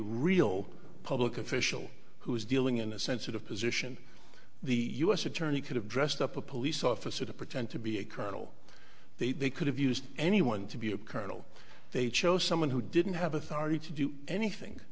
real public official who is dealing in a sensitive position the u s attorney could have dressed up a police officer to pretend to be a colonel they they could have used anyone to be a colonel they chose someone who didn't have authority to do anything